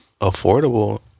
affordable